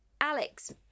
Alex